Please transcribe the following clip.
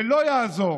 ולא יעזור,